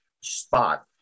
spot